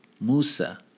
Musa